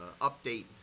update